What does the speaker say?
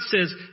says